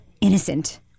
Innocent